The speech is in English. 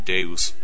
Deus